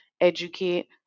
educate